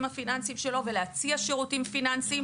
הפיננסיים ולהציע שירותים פיננסיים.